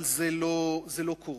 אבל זה לא קורה.